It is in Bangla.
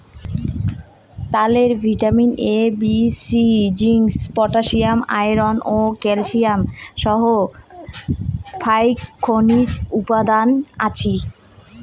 তালে ভিটামিন এ, বি ও সি, জিংক, পটাশিয়াম, আয়রন ও ক্যালসিয়াম সহ ফাইক খনিজ উপাদান আছি